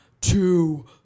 two